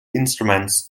instruments